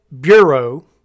bureau